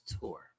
tour